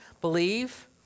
believe